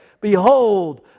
Behold